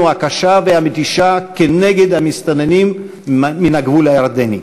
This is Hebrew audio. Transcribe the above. הקשה והמתישה כנגד המסתננים מן הגבול הירדני.